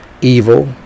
evil